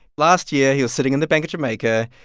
last year, he was sitting in the bank of jamaica.